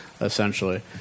essentially